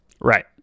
Right